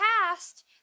past